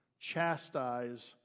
chastise